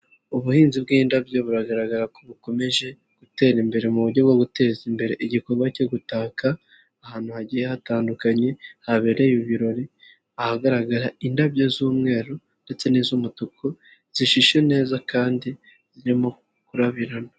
Ubuhinzi bw'indabyo buragaragara ko bukomeje gutera imbere mu buryo bwo guteza imbere igikorwa cyo gutaka, ahantu hagiye hatandukanye habereye ibirori, ahagaragara indabyo z'umweru ndetse n'iz'umutuku, zishishe neza kandi zirimo kurabirana.